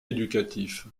éducatif